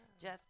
Jeff